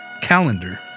calendar